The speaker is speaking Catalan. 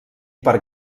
per